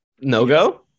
No-go